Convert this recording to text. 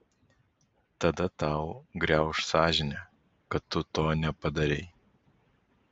tada tau griauš sąžinė kad tu to nepadarei